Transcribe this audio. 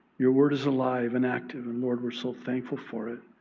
your word is alive and active. and lord, we're so thankful for it.